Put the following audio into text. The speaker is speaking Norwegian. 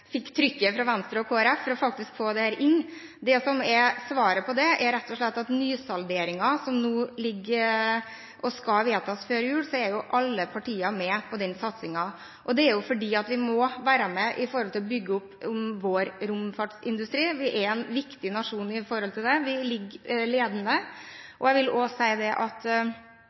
fikk trykk fra Venstre og Kristelig Folkeparti for å få dette inn. Svaret på det er rett og slett at i nysalderingen, som nå foreligger og skal vedtas før jul, er alle partier med på den satsingen. Det er fordi vi må være med for å bygge opp vår romfartsindustri. Vi er en viktig nasjon her – vi er ledende. Jeg vil også si at det å ha hånden på rattet med hensyn til det som går på miljø og klima, og å kunne hente inn den informasjonen som vi